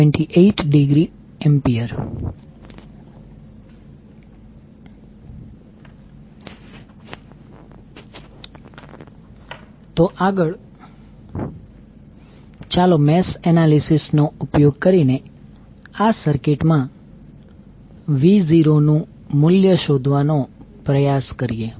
78°A તો આગળ ચાલો મેશ એનાલિસિસ નો ઉપયોગ કરીને આ સર્કિટ માં V0 નું મૂલ્ય શોધવાનો પ્રયાસ કરીએ